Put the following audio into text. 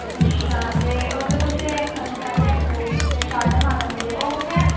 अच्छा ते ओ दे तुस एह् पैह्ले आखै दे एह् तुस शारदा माता मंदि'र ओह् कु'त्थें ऐ